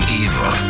evil